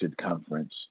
conference